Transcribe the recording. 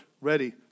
ready